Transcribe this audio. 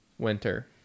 winter